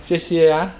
谢谢 ah